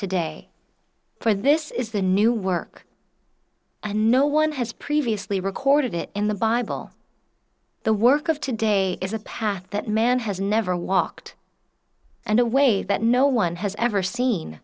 today for this is the new work and no one has previously recorded it in the bible the work of today is a path that man has never walked and a way that no one has ever seen